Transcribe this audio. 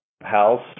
house